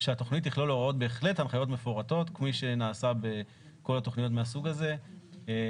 שהתוכנית תכלול בהחלט הנחיות מפורטות כפי שנעשה בכל התוכניות מהסוג הזה,